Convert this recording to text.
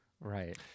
right